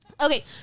Okay